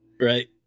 Right